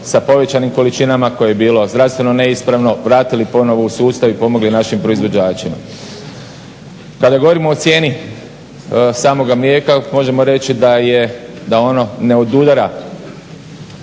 sa povećanim količinama, koje je bilo zdravstveno neispravno vratili ponovo u sustav i pomogli našim proizvođačima. Kada govorimo o cijeni samog mlijeka možemo reći da ono ne odudara